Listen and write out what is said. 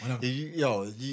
Yo